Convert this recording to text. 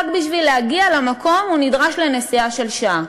רק בשביל להגיע למקום הוא נדרש לנסיעה של שעה.